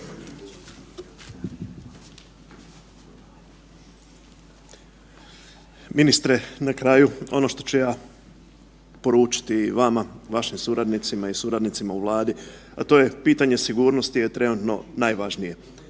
Ministre i na kraju ono što ću ja poručiti vama, vašim suradnicima i suradnicima u Vladi, a to je pitanje sigurnosti je trenutno najvažnije.